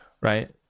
Right